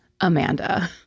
Amanda